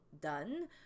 done